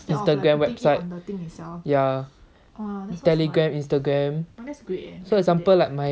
instagram website ya telegram instagram so example like my